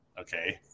Okay